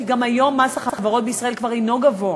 כי גם היום מס החברות בישראל כבר אינו גבוה,